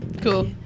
cool